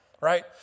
Right